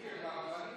סטרוק.